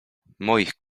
moich